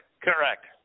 Correct